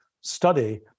study